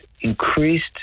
increased